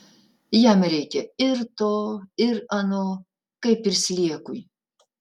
jam reikia ir to ir ano kaip ir sliekui